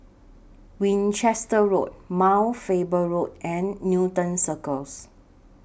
Winchester Road Mount Faber Road and Newton Circus